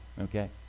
okay